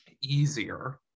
easier